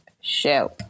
show